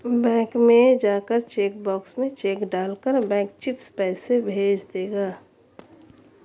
bank में जाकर cheque box में चेक डाल कर बैंक चिप्स पैसे भेज देगा